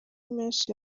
menshi